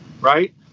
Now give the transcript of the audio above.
right